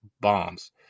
bombs